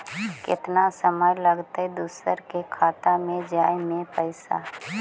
केतना समय लगतैय दुसर के खाता में जाय में पैसा?